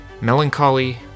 melancholy